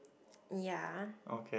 ya